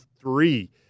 three